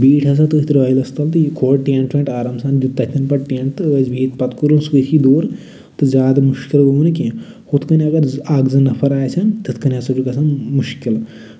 بیٖٹھۍ ہسا تَتھ رٲلَس تَل تہٕ کھول ٹٮ۪نٹ وٮ۪ٹ آرام سان تَتٮ۪ن بَٹ ٹٮ۪نٹ تہٕ ٲسۍ بِہِتھ تہٕ پَتہِ کوٚر اَسہِ وہی دور تہٕ زیادٕ مُشکِل نہٕ کیٚنہہ ہُتھ کَن اَگر اکھ زٕ نَفر آسن تِتھۍ کٔنۍ ہسا چھُ گژھان مُشکِل